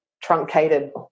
truncated